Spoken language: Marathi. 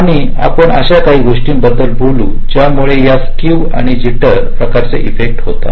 आणि आपण अशा काही गोष्टींबद्दल बोलू ज्यामुळे या स्क्क्यू आणि जिटरप्रकारची इफेक्ट होतात